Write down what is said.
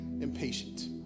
impatient